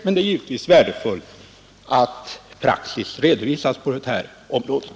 Men det är givetvis värdefullt att praxis kunnat redovisas på det här området.